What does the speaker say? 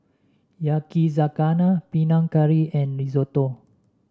Yakizakana Panang Curry and Risotto